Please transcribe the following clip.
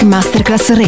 Masterclass